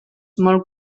molt